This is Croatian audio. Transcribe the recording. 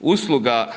Usluga